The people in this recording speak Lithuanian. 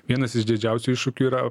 vienas iš didžiausių iššūkių yra